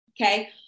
okay